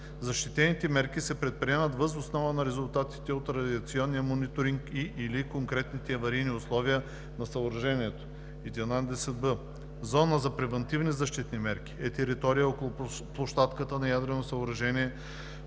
Защитните мерки се предприемат въз основа на резултатите от радиационния мониторинг и/или конкретните аварийни условия на съоръжението. 11б. „Зона за превантивни защитни мерки“ е територия около площадката на ядрено съоръжение,